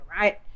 right